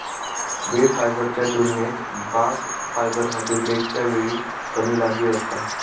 देठ फायबरच्या तुलनेत बास्ट फायबरमध्ये ब्रेकच्या वेळी कमी लांबी असता